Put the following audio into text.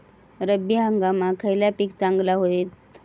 रब्बी हंगामाक खयला पीक चांगला होईत?